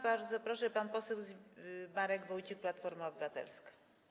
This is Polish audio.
Bardzo proszę, pan poseł Marek Wójcik, Platforma Obywatelska.